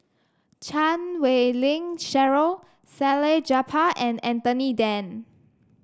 Chan Wei Ling Cheryl Salleh Japar and Anthony Then